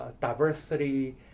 diversity